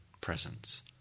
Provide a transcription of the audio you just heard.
presence